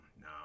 no